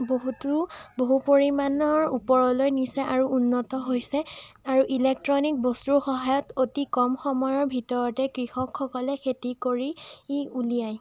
বহুতো বহু পৰিমাণৰ ওপৰলৈ নিছে আৰু উন্নত হৈছে আৰু ইলেক্ট্ৰনিক বস্তুৰ সহায়ত অতি কম সময়ৰ ভিতৰতে কৃষকসলকে খেতি কৰি উলিয়ায়